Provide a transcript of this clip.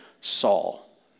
Saul